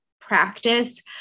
practice